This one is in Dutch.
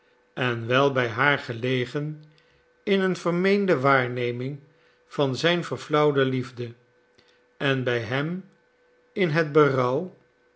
en wel bij haar gelegen in een vermeende waarneming van zijn verflauwde liefde en bij hem in het